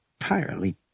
entirely